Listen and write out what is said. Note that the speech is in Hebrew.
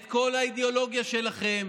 את כל האידיאולוגיה שלכם,